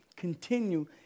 continue